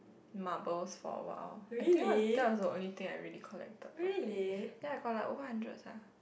marbles for what loh I think that's the only thing I really collected properly then I collected over hundred sia